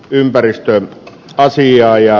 ympäristön passiia ja